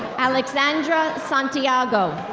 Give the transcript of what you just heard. alexsandra santiago.